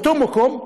באותו מקום,